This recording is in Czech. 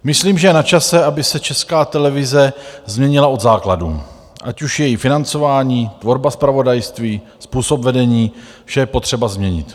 Myslím, že je na čase, aby se Česká televize změnila od základů ať už její financování, tvorba zpravodajství, způsob vedení, vše je potřeba změnit.